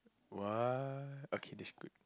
what okay this is good